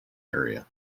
area